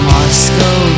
Moscow